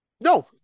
No